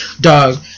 Dog